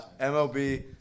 MLB